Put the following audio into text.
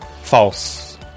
False